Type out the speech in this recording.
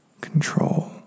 control